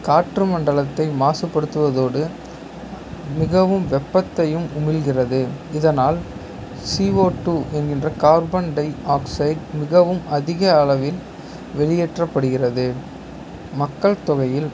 காற்றுமண்டலத்தை மாசுப்படுத்துவதோடு மிகவும் வெப்பத்தையும் உமிழ்கிறது இதனால் சிஓடூ என்கின்ற கார்பன் டை ஆக்ஸைட் மிகவும் அதிக அளவில் வெளியேற்றப்படுகிறது மக்கள் தொகையில்